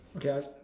okay I